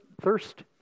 thirst